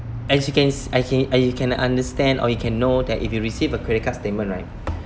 as you can s~ I can uh you can understand or you can know that if you receive a credit card statement right